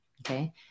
okay